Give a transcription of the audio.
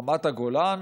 רמת הגולן